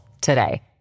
today